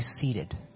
seated